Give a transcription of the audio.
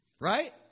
Right